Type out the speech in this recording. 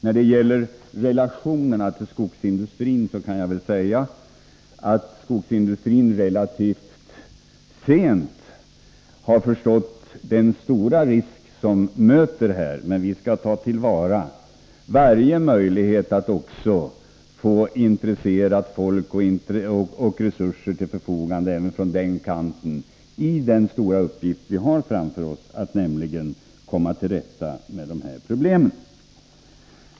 Beträffande relationerna till skogsindustrin har skogsindustrin relativt sent förstått den stora risk som vi möter här, men vi skall ta till vara varje möjlighet att få intresserat folk och resurser till förfogande även från den kanten för den stora uppgift vi har framför oss att komma till rätta med dessa problem.